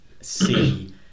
see